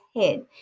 head